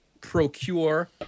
procure